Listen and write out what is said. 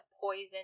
poison